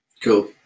Cool